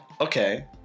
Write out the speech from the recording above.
okay